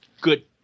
good